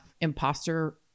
imposter